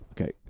Okay